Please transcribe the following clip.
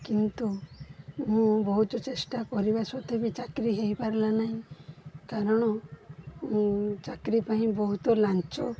କିନ୍ତୁ ମୁଁ ବହୁତୁ ଚେଷ୍ଟା କରିବା ସତ୍ବେ ବି ଚାକିରି ହୋଇପାରିଲା ନାହିଁ କାରଣ ଚାକିରି ପାଇଁ ବହୁତ ଲାଞ୍ଚ